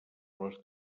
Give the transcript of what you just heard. les